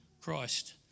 Christ